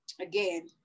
again